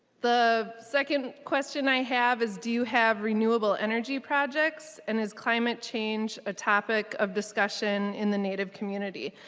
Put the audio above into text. the second question i have is do you have renewable energy projects and it is climate change a topic of discussion in the native community?